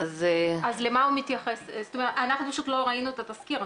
אנחנו פשוט לא ראינו את התזכיר,